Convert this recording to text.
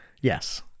yes